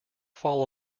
fall